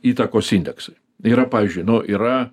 įtakos indeksai yra pavyzdžiui nu yra